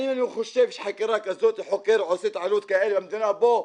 אני לא חושב שיש חוקר שעושה התעללות כזאת במדינה פה.